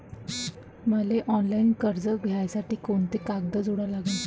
मले ऑफलाईन कर्ज घ्यासाठी कोंते कागद जोडा लागन?